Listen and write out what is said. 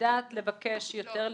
לדעת לבקש יותר.